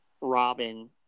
Robin